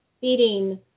feeding